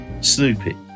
Snoopy